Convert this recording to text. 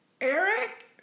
Eric